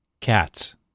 Cats